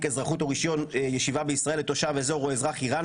אזרחות או רישיון ישיבה בישראל לתושב אזור או אזרח איראן,